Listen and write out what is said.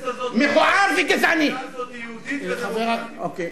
בכנסת הזאת, יהודית ודמוקרטית.